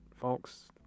folks